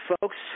folks